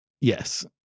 Yes